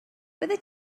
byddet